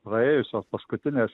praėjusios paskutinės